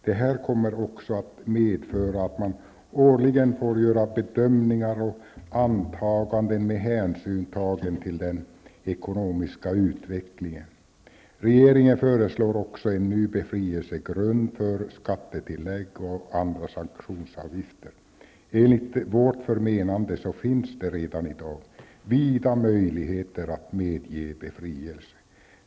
Det här kommer också att medföra att man årligen får göra bedömningar och antaganden med hänsyn tagen till den ekonomiska utvecklingen. Regeringen föreslår också en ny befrielsegrund när det gäller skattetillägg och andra sanktionsavgifter. Enligt vårt förmenande finns det redan i dag vida möjligheter att medge befrielse.